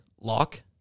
Lock